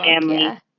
family